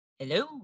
Hello